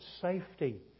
safety